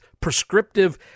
prescriptive